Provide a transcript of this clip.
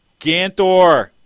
Gantor